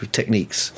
techniques